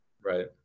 Right